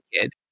kid